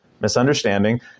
misunderstanding